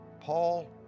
paul